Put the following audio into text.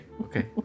Okay